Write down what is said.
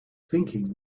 thinking